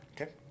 Okay